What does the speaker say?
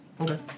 Okay